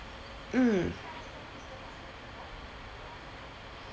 mm